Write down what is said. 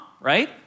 right